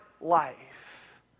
life